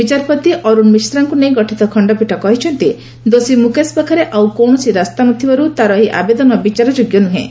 ବିଚାରପତି ଅରୁଣ ମିଶ୍ରାଙ୍କୁ ନେଇ ଗଠିତ ଖଣ୍ଡପୀଠ କହିଛନ୍ତି ଦୋଷୀ ମୁକେଶ ପାଖରେ ଆଉ କୌଣସି ରାସ୍ତା ନଥିବାରୁ ତା'ର ଏହି ଆବେଦନ ବିଚାରଯୋଗ୍ୟ ନୁହେଁ